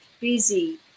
busy